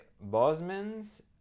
bosman's